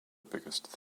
biggest